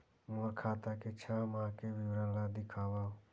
मोर खाता के छः माह के विवरण ल दिखाव?